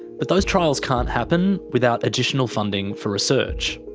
but those trials can't happen without additional funding for research.